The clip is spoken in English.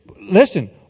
listen